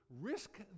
Risk